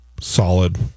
solid